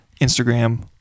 Instagram